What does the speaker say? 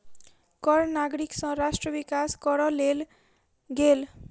कर नागरिक सँ राष्ट्र विकास करअ लेल गेल